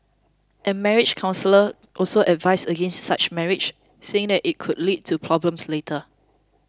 and marriage counsellors also advise against such marriages saying that it could lead to problems later